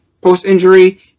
post-injury